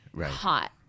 hot